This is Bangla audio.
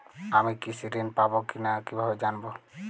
আমি কৃষি ঋণ পাবো কি না কিভাবে জানবো?